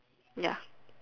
ya